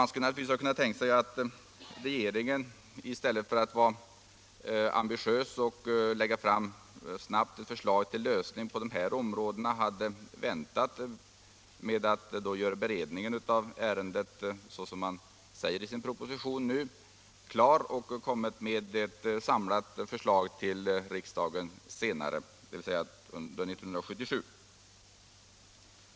Man skulle naturligtvis ha kunnat tänka sig att regeringen i stället för att vara ambitiös och snabbt lägga fram ett förslag till lösning hade väntat med att göra beredningen av ärendet klar, såsom man säger i propositionen, samt kommit med ett samlat förslag till riksdagen senare, dvs. under 1977.